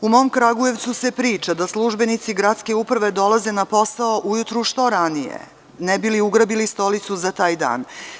U mom Kragujevcu se priča da službenici gradske uprave dolaze na posao ujutru što ranije, ne bi li ugrabili stolicu za taj dan.